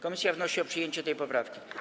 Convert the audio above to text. Komisja wnosi o przyjęcie tej poprawki.